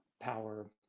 power